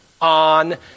On